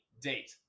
date